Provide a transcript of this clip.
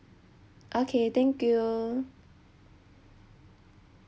okay thank you